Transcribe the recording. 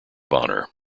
honour